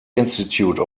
institute